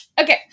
Okay